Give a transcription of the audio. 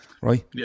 Right